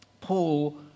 Paul